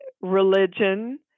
religion